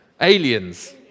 Aliens